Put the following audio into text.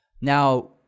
Now